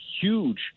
huge